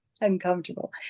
uncomfortable